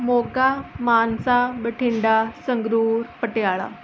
Moga Mansa Bathinda Sangrur Patiala